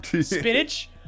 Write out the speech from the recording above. spinach